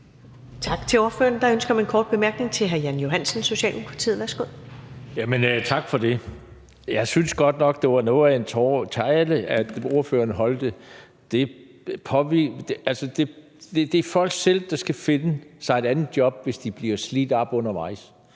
Tak til ordføreren. Der er ønske om en kort bemærkning fra hr. Jan Johansen, Socialdemokratiet. Værsgo. Kl. 15:43 Jan Johansen (S): Tak for det. Jeg synes godt nok, det var noget af en tale, ordføreren holdt, altså at det er folk selv, der skal finde sig et andet job, hvis de bliver slidt op undervejs